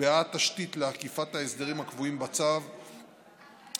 נקבעה התשתית לאכיפת ההסדרים הקבועים בצו בידוד